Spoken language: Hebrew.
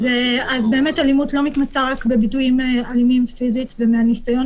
אז באמת אלימות לא מתמצה רק בביטויים אלימים פיזית ומהניסיון